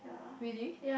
really